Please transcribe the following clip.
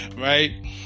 right